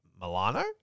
Milano